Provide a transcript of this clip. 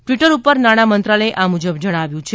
Twitter ઉપર નાણાં મંત્રાલયે આ મુજબ જણાવ્યું છે